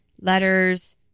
letters